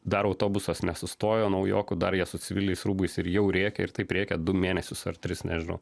dar autobusas nesustojo naujokų dar jie su civiliais rūbais ir jau rėkia ir taip rėkia du mėnesius ar tris nežinau